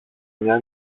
μια